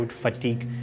fatigue